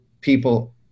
people